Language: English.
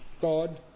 God